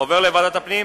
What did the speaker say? עובר לוועדת הפנים.